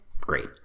great